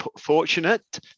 fortunate